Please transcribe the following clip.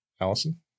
allison